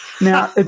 Now